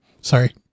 Sorry